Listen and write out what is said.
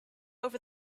over